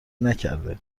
نکرده